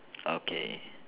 okay